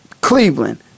Cleveland